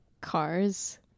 cars